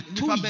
two